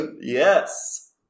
Yes